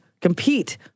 compete